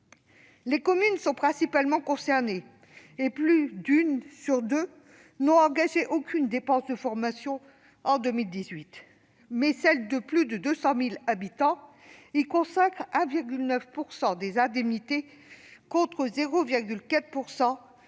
Les communes sont principalement concernées, et plus d'une sur deux n'a engagé aucune dépense de formation en 2018. Mais celles de plus de 200 000 habitants y consacrent 1,9 % des indemnités, contre 0,4